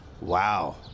Wow